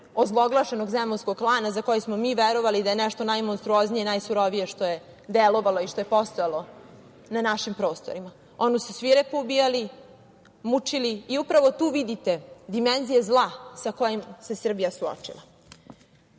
ozloglašenog Zemunskog klana za koji smo mi verovali da je nešto najmonstruoznije i najsurovije što je delovalo i što je postojalo na našim prostorima. Oni su svirepo ubijali, mučili i upravo tu vidite dimenzije zla sa kojim se Srbija suočila. Ono